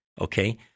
Okay